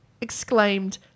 exclaimed